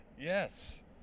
Yes